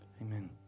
amen